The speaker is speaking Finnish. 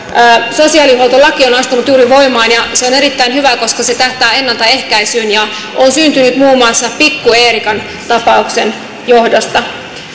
sosiaalihuoltolaki on astunut juuri voimaan ja se on erittäin hyvä koska se tähtää ennaltaehkäisyyn ja se on syntynyt muun muassa pikku eerikan tapauksen johdosta